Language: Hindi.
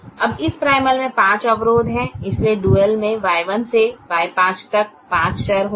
अब इस प्राइमल में पाँच अवरोध हैं इसलिए डुअल में Y1 से Y5 तक पाँच चर होंगे